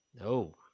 No